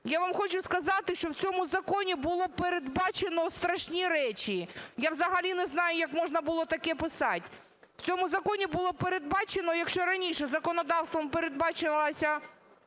Я вам хочу сказати, що в цьому законі було передбачено страшні речі. Я взагалі не знаю, як можна було таке писати. В цьому законі було передбачено… Якщо раніше законодавством передбачувалось